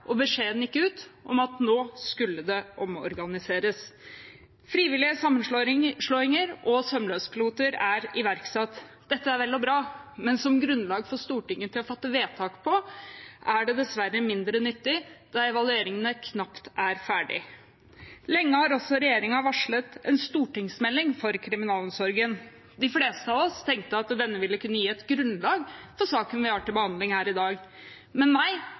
og beskjeden gikk ut om at nå skulle det omorganiseres. Frivillige sammenslåinger og sømløspiloter er iverksatt. Dette er vel og bra, men som grunnlag for Stortinget til å fatte vedtak på er det dessverre mindre nyttig, da evalueringen knapt er ferdig. Lenge har også regjeringen varslet en stortingsmelding for kriminalomsorgen. De fleste av oss tenkte at denne ville kunne gi et grunnlag for saken vi har til behandling her i dag. Men nei,